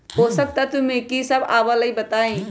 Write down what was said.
पोषक तत्व म की सब आबलई बताई?